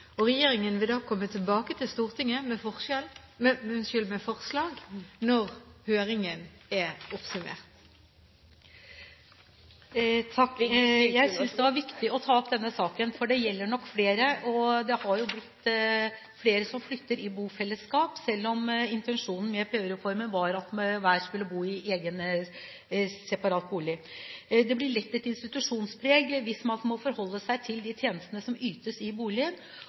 Regjeringen vil da komme tilbake til Stortinget med forslag når høringen er oppsummert. Jeg synes det var viktig å ta opp denne saken, for det gjelder nok flere. Det har blitt flere som flytter i bofellesskap, selv om intensjonen med prøvereformen var at hver enkelt skulle bo i egen separat bolig. Det blir lett et institusjonspreg hvis man må forholde seg til de tjenestene som ytes i boligen.